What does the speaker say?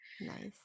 nice